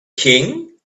king